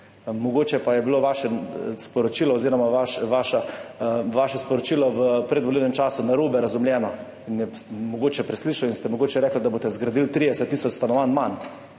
Mogoče pa je bilo vaše sporočilo v predvolilnem času narobe razumljeno in sem mogoče preslišal in ste mogoče rekli, da boste zgradili 30 tisoč stanovanj manj.